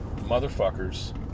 motherfuckers